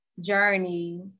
journey